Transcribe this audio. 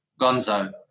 gonzo